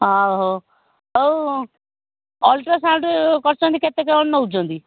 ଅ ହୋ ହଉ ଅଲଟ୍ରାସାଉଣ୍ଡ କରୁଛନ୍ତି କେତେ ଟଙ୍କା ନେଉଛନ୍ତି